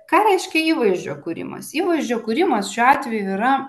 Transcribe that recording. ką reiškia įvaizdžio kūrimas įvaizdžio kūrimas šiuo atveju yra